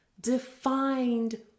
defined